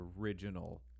original